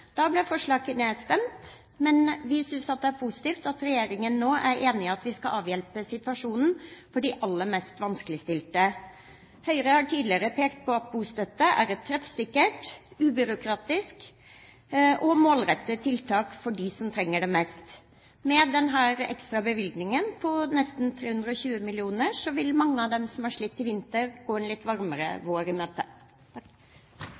Da ble forslaget nedstemt, men vi synes det er positivt at regjeringen nå er enig i at vi skal avhjelpe situasjonen for de aller mest vanskeligstilte. Høyre har tidligere pekt på at bostøtte er et treffsikkert, ubyråkratisk og målrettet tiltak for dem som trenger det mest. Med denne ekstra bevilgningen – på nesten 320 mill. kr – vil mange av dem som har slitt i vinter, gå en litt varmere